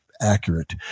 Accurate